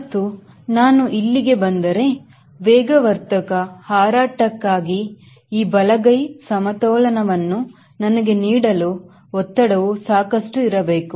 ಮತ್ತು ನಾನು ಇಲ್ಲಿಗೆ ಬಂದರೆವೇಗವರ್ಧಕ ಹಾರಟಕ್ಕಾಗಿ ಈ ಬಲಗೈ ಸಮತೋಲನವನ್ನು ನನಗೆ ನೀಡಲುಒತ್ತಡವು ಸಾಕಷ್ಟು ಇರಬೇಕು